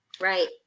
Right